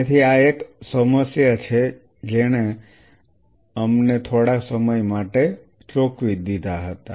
તેથી આ એક સમસ્યા છે જેણે અમને થોડા સમય માટે ચોંકાવી દીધા હતા